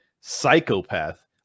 psychopath